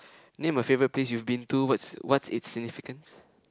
name a favourite place you've been to what's what's it's significance